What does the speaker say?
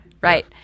Right